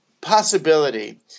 possibility